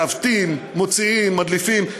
מעוותים, מוציאים, מדליפים.